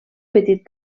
petit